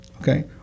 Okay